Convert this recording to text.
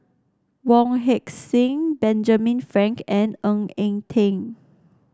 Wong Heck Sing Benjamin Frank and Ng Eng Teng